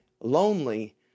lonely